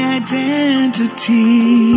identity